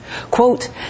Quote